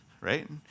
right